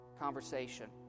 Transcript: Conversation